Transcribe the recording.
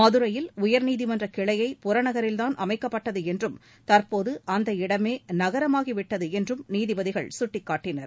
மதுரையில் உயர்நீதிமன்றக் கிளையே புறநகரில்தான் அமைக்கப்பட்டது என்றும் தற்போது அந்த இடமே நகரமாகி விட்டது என்றும் நீதிபதிகள் சுட்டிக்காட்டினர்